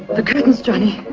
the curtains, johnny,